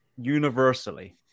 universally